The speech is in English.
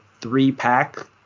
three-pack